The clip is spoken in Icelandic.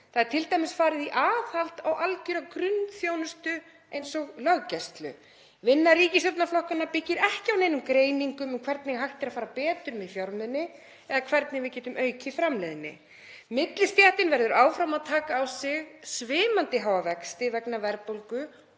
Það er t.d. farið í aðhald á algjöra grunnþjónustu eins og löggæslu. Vinna ríkisstjórnarflokkanna byggir ekki á neinum greiningum um hvernig hægt er að fara betur með fjármuni eða hvernig við getum aukið framleiðni. Millistéttin verður áfram að taka á sig svimandi háa vexti vegna verðbólgu